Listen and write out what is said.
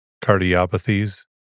cardiopathies